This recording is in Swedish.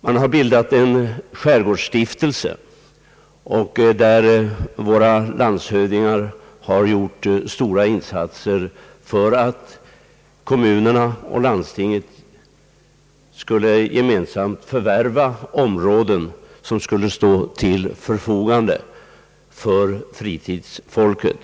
Man har bildat en skärgårdsstiftelse, där våra landshövdingar har gjort stora insatser för att kommunerna och landstinget gemensamt skall förvärva områden som skall stå till förfogande för fritidsfolket.